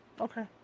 Okay